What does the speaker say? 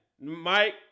Mike